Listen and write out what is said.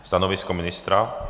Stanovisko ministra?